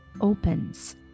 opens